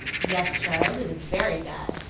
yes, child, it is very bad,